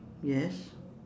yes